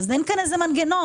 אין כאן איזה שהוא מנגנון.